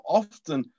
often